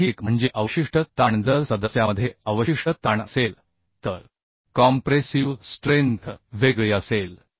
आणखी एक म्हणजे अवशिष्ट ताण जर सदस्यामध्ये अवशिष्ट ताण असेल तर कॉम्प्रेसिव स्ट्रेंथ वेगळी असेल